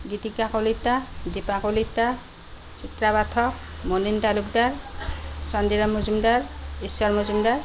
Gitika Kalita Dipa Kalita Chitra Pathak Munin Talukdar Chandiram Majumdar Ishwar Majumdar